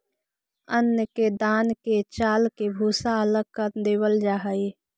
अन्न के दान के चालके भूसा अलग कर लेवल जा हइ